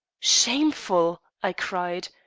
shameful! i cried.